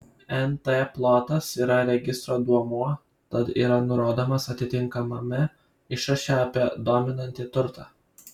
nt plotas yra registro duomuo tad yra nurodomas atitinkamame išraše apie dominantį turtą